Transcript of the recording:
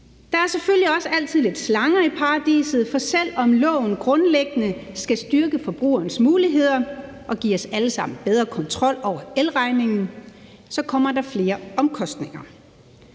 Der er selvfølgelig også altid lidt slanger i paradiset, for selv om loven grundlæggende skal styrke forbrugerens muligheder og give os alle sammen bedre kontrol over elregningen, kommer der flere omkostninger,